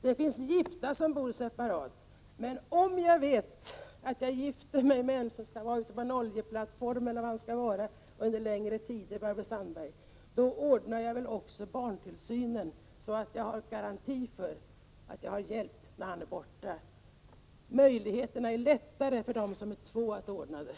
Det finns även gifta som bor separat, men om jag gifter mig med en man som jag vet skall vara ute på en oljeplattform eller liknande under längre tider, så ordnar jag naturligtvis också barntillsynen så att jag har garanti för att ha hjälp när han är borta. Det är lättare för dem som är två att ordna detta.